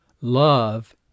Love